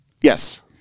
Yes